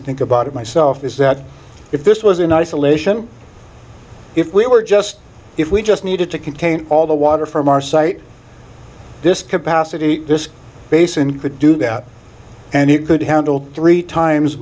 to think about it myself is that if this was in isolation if we were just if we just needed to contain all the water from our site this capacity this basin could do that and it could handle three times